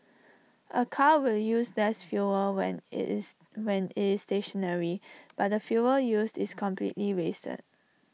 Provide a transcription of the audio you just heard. A car will use less fuel when IT is when IT is stationary but the fuel used is completely wasted